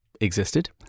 existed